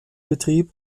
betrieb